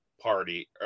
party